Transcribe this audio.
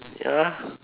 ya lah